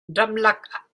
ramlak